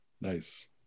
Nice